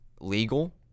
legal